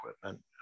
equipment